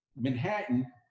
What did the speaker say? Manhattan